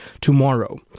tomorrow